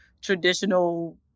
traditional